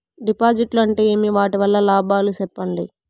డిపాజిట్లు అంటే ఏమి? వాటి వల్ల లాభాలు సెప్పండి?